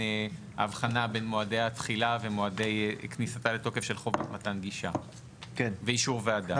אבחנה בין מועדי התחילה ומועדי כניסתה לתוקף של חוק מתן גישה ואישור ועדה.